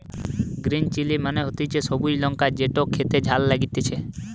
green chilli মানে হতিছে সবুজ লঙ্কা যেটো খেতে ঝাল লাগতিছে